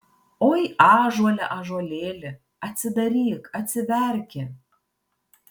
oi ąžuole ąžuolėli atsidaryk atsiverki